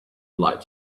light